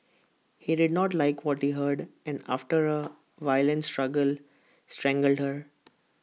he did not like what he heard and after A violent struggle strangled her